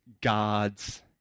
God's